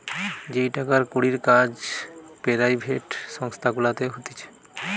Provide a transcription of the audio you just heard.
যেই টাকার কড়ির কাজ পেরাইভেট সংস্থা গুলাতে হতিছে